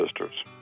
sisters